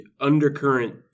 undercurrent